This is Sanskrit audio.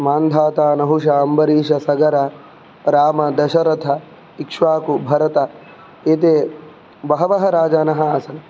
मान्धाता नहुष अम्बरीष सगर राम दशरथ इक्ष्वाकु भरत एते बहवः राजानः आसन्